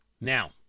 now